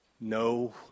No